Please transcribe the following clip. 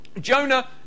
Jonah